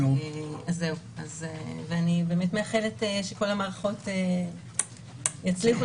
אני באמת מאחלת שכל המערכות יצליחו